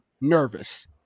nervous